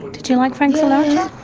did you like frank sinatra?